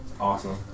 Awesome